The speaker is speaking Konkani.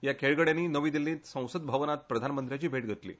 ह्या खेळगड्यांनी नवी दिल्लींत संसद भवनांत प्रधानमंत्र्यांची भेट घेतली